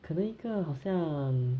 可能一个好像